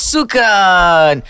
Sukan